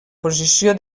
posició